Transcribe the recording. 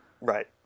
Right